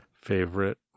Favorite